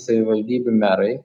savivaldybių merai